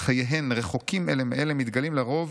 חייהם רחוקים אלה מאלה, מתגלים לרוב